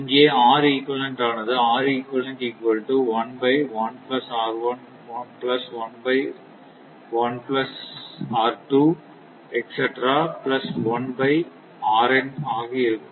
இங்கே Reqஆனது ஆக இருக்கும்